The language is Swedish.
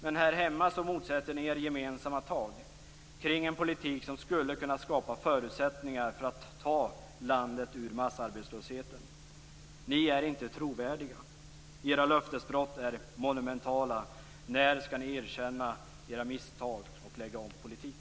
Men här hemma motsätter ni er gemensamma tag kring en politik som skulle kunna skapa förutsättningar för att ta landet ur massarbetslösheten. Ni är inte trovärdiga. Era löftesbrott är monumentala. När skall ni erkänna era misstag och lägga om er politik?